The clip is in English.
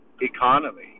economy